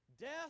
Death